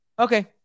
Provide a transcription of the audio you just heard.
Okay